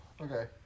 okay